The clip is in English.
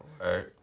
Right